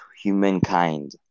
humankind